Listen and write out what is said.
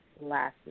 last